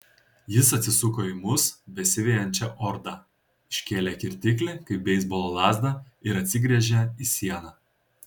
jis atsisuko į mus besivejančią ordą iškėlė kirtiklį kaip beisbolo lazdą ir atsigręžė į sieną